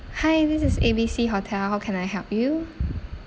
hi this is A B C hotel how can I help you